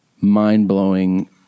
mind-blowing